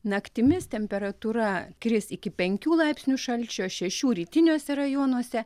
naktimis temperatūra kris iki penkių laipsnių šalčio šešių rytiniuose rajonuose